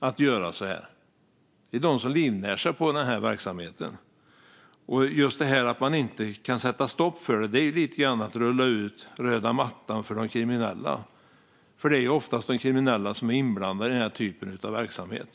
Det finns de som livnär sig på verksamheten. Att det inte går att sätta stopp för verksamheten är lite grann att rulla ut röda mattan för de kriminella. Det är oftast de kriminella som är inblandade i den typen av verksamhet.